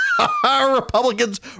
Republicans